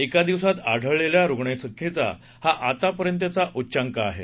एका दिवसात आढळलेल्या रुग्णसंख्येचा हा आतापर्यंतचा उच्चांक आहे